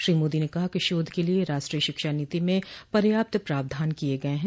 श्री मोदी ने कहा कि शोध के लिए राष्ट्रीय शिक्षा नीति में पर्याप्त प्रावधान किये गये हैं